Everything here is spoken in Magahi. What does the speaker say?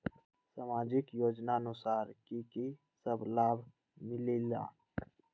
समाजिक योजनानुसार कि कि सब लाब मिलीला?